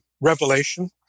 revelation